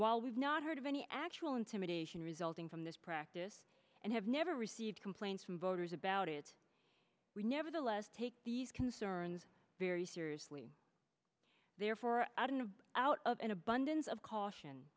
while we've not heard of any actual intimidation resulting from this practice and have never received complaints from voters about it we nevertheless take these concerns very seriously therefore out of an abundance of caution